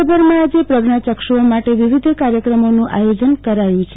રાજયભરમાં આજે પ્રજ્ઞાચક્ષુઓ માટે વિવિધ કાર્યક્રમોનું આયોજન કરાયું છે